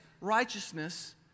righteousness